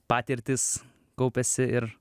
patirtys kaupiasi ir